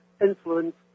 influence